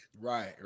Right